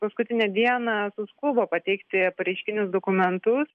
paskutinę dieną suskubo pateikti pareiškinius dokumentus